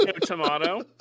Tomato